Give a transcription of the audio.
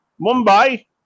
Mumbai